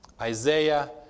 Isaiah